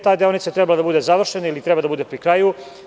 Ta deonica je trebala da bude završena ili treba da bude pri kraju.